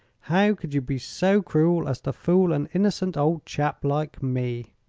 how could you be so cruel as to fool an innocent old chap like me?